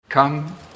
Come